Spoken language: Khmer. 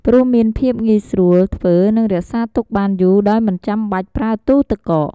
ព្រោះមានភាពងាយស្រួលធ្វើនិងរក្សាទុកបានយូរដោយមិនចាំបាច់ប្រើទូទឹកកក។